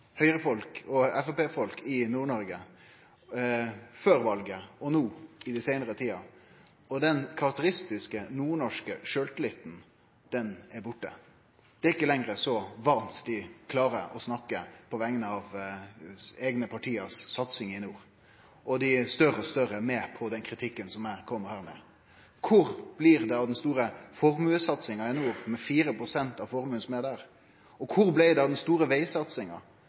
Høgre-folk og Framstegsparti-folk i Nord-Noreg før valet og no i den seinare tida, og den karakteristiske nordnorske sjølvtilliten er borte. Dei klarar ikkje lenger å snakke så varmt på vegner av eigne parti si satsing i nord. Dei er òg meir og meir med på den kritikken som eg kjem med her. Kvar blir det av den store formuesatsinga i nord, med 4 pst. av formuen som er der? Og kvar blei det av den store vegsatsinga?